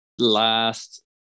Last